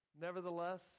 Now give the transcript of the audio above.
Nevertheless